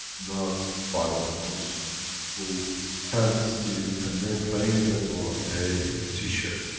not by those who can steal and then, claim it and go and pay a t-shirt,